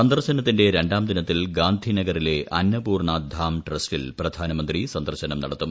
സന്ദർശനത്തിന്റെ രണ്ടാം ദിനത്തിൽ ഗാന്ധിനഗറിലെ അന്നപൂർണ്ണ ധാം ട്രസ്റ്റിൽ പ്രധാനമന്ത്രി സന്ദർശനം നടത്തും